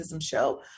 Show